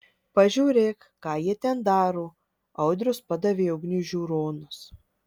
pažiūrėk ką jie ten daro audrius padavė ugniui žiūronus